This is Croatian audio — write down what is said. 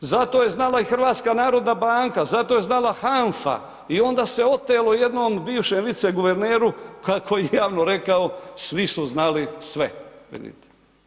Za to je znala i HNB, za to je znala HANFA i onda se otelo jednom bivšem vice guverneru koji je javno rekao svi su znali sve, vidite.